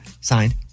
Signed